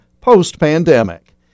post-pandemic